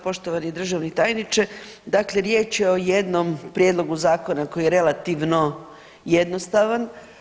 Poštovani državni tajniče dakle riječ je jednom prijedlogu zakona koji je relativno jednostavan.